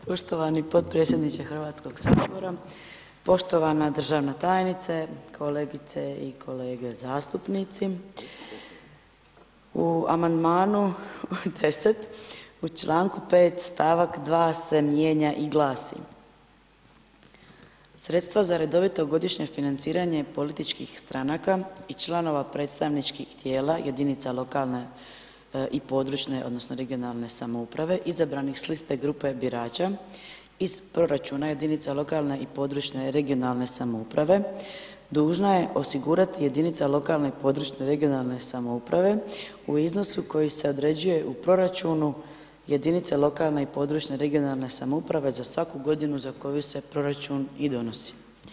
Poštovani podpredsjedniče Hrvatskog sabora, poštovana državna tajnice, kolegice i kolege zastupnici, u amandmanu 10. u članku 5. stavak 2. se mijenja i glasi: „Sredstva za redovito godišnje financiranje političkih stranaka i članova predstavničkih tijela jedinica lokalne i područne odnosno regionalne samouprave izabranih s liste grupe birača iz proračuna jedinica lokalne i područne (regionalne) samouprave dužna je osigurati jedinica lokalne i područne (regionalne) samouprave u iznosu koji se određuje u proračunu jedinice lokalne i područne (regionalne) samouprave za svaku godinu za koju se proračun i donosi.